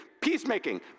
Peacemaking